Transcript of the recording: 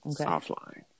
Offline